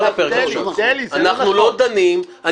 אנחנו לא דנים בכך.